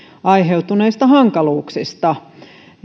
aiheutuneista hankaluuksista